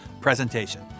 presentation